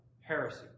heresy